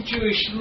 Jewish